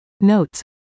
notes